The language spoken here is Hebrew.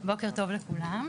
בוקר טוב לכולם,